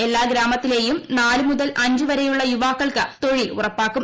എല്ലാ ഗ്രാമത്തിലേയും നാല് മുതൽ അഞ്ച് വരെയുള്ള യുവാക്കൾക്ക് തൊഴിൽ ഉറപ്പാക്കും